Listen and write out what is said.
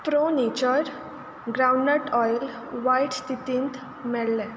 pro nature groundnut oil वायट स्थितींत मेळ्ळें